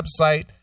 website